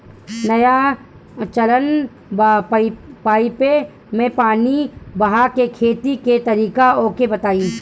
नया चलल बा पाईपे मै पानी बहाके खेती के तरीका ओके बताई?